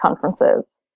conferences